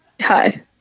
Hi